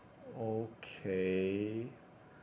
okay